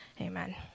Amen